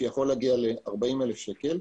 שיכול להגיע ל-40,000 שקל,